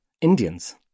Indians